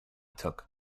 took